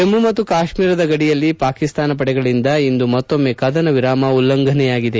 ಜಮ್ನು ಮತ್ತು ಕಾಶ್ವೀರದ ಗಡಿಯಲ್ಲಿ ಪಾಕಿಸ್ತಾನದ ಪಡೆಗಳಂದ ಇಂದು ಮತ್ತೊಮ್ನೆ ಕದನ ವಿರಾಮ ಉಲ್ಲಂಘನೆಯಾಗಿದೆ